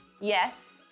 Yes